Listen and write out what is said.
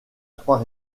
trois